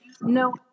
no